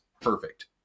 perfect